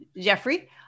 Jeffrey